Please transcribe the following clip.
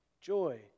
joy